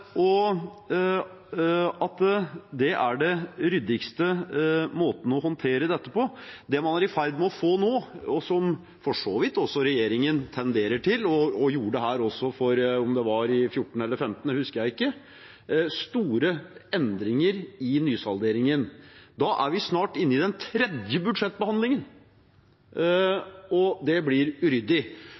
og at det er den ryddigste måten å håndtere dette på. Det man er i ferd med å få nå – og som for så vidt også regjeringen tenderer til, og gjorde også i 2014 eller 2015, det husker jeg ikke – er store endringer i nysalderingen. Da er vi snart inne i den tredje budsjettbehandlingen, og det blir uryddig.